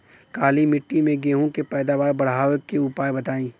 काली मिट्टी में गेहूँ के पैदावार बढ़ावे के उपाय बताई?